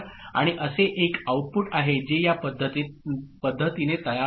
आणि असे एक आउटपुट आहे जे या पद्धतीने तयार होते